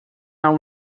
now